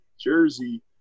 Jersey